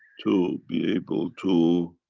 to be able to